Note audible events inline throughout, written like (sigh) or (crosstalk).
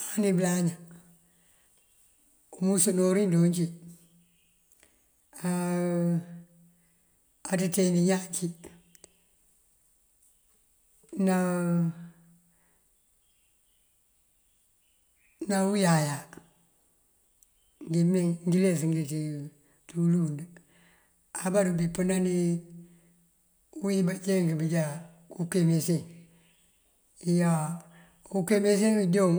Umani bëlaña umusënorin ojoon cí, (hesitation) aţënţend ñaan cí, ná (hesitation) uyaya ngí les ngí ţí wulund. Abaruwee pëni uwí bënjeenk bujá ukemecen iyá. Unkemecen wí anjáwun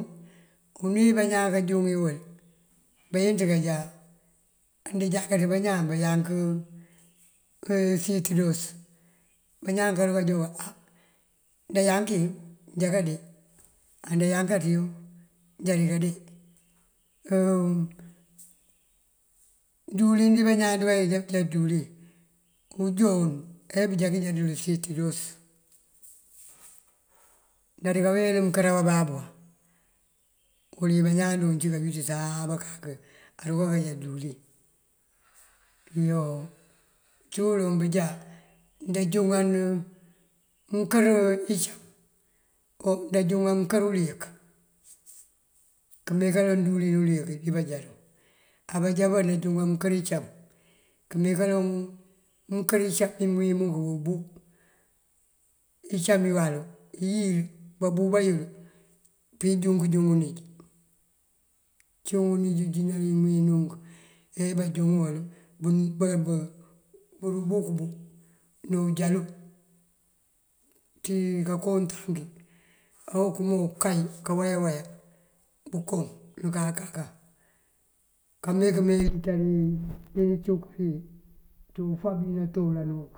unú bañaan kanjú wí wël bayënţ kajá anda jakáţ bañaan bayank síitëros. Bañaan karukajá bukal aa ndayanki njá kandee ndayankaţiwu njá dika dee. Díwëlin dí bañaan dunkandink díwëlin unjon ajá bunjank njá dul sitoros. Njá dinka wel mënkër bababú wël wí bañaan dúu cí kooyisëna abaruka kajá diwëlin iyoo. Uncí uloŋ bunjá ndanjúŋan mënkër incam onjúŋan mënkër uliyër këmee kaloŋ díwëlin uliyëk dí banjárum. Abajá bá andáanjuŋan mënkër incam këmee kaloŋ mënkër incam iyí mënwín unk bëmbu incam iwalu iyíl babuba iyël pí pënjúŋ kënjúŋ unij. Ciwun unij ujínal uwí muwínuk ebajúŋ wël <> bubunkëbu doojalu ţí kanko untaki okëma okay kawaya waya. Bënkoŋ nënkakan (hesitation) kamingan incuk yun dí ufab uwí natoolan wunk.